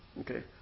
Okay